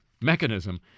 mechanism